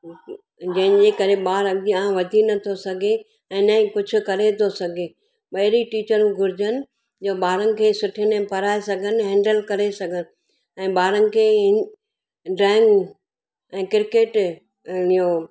जंहिंजे करे ॿार अॻियां वधी नथो सघे ऐं न ई कुझु करे थो सघे भई अहिड़ी टीचरूं घुर्जनि जो ॿारनि खे सुठे ने पढ़ाए सघनि ऐं हैंडल करे सघनि ऐं ॿारनि खे ड्राइंग ऐं क्रिकेट अ इहो